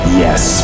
yes